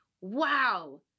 wow